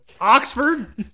Oxford